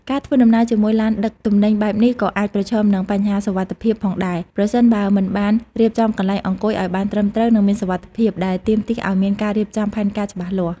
ការធ្វើដំណើរជាមួយឡានដឹកទំនិញបែបនេះក៏អាចប្រឈមនឹងបញ្ហាសុវត្ថិភាពផងដែរ ប្រសិនបើមិនបានរៀបចំកន្លែងអង្គុយឱ្យបានត្រឹមត្រូវនិងមានសុវត្ថិភាព ដែលទាមទារឱ្យមានការរៀបចំផែនការច្បាស់លាស់។